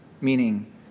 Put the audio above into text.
meaning